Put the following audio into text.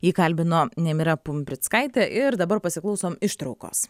jį kalbino nemira pumprickaitė ir dabar pasiklausom ištraukos